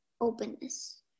openness